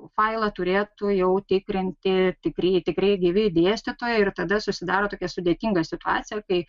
failą turėtų jau tikrinti tikrieji tikrai gyvi dėstytojai ir tada susidaro tokia sudėtinga situacija kai